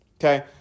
Okay